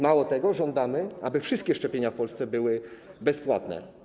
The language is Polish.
Mało tego, żądamy, aby wszystkie szczepienia w Polsce były bezpłatne.